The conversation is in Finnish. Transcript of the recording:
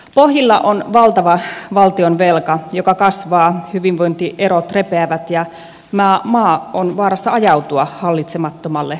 pohjilla on valtava valtionvelka joka kasvaa hyvinvointierot repeävät ja maa on vaarassa ajautua hallitsemattomalle tielle